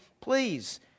please